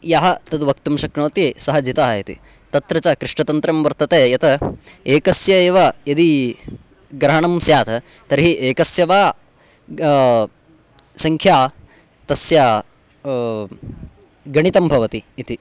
यः तद् वक्तुं शक्नोति सः जितः इति तत्र च कृष्णतन्त्रं वर्तते यत् एकस्य एव यदि ग्रहणं स्यात् तर्हि एकस्य वा सङ्ख्या तस्य गणितं भवति इति